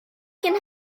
can